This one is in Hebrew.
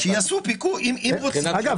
שיעשו פיקוח --- אגב,